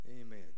Amen